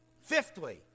Fifthly